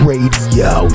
Radio